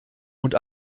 und